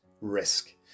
risk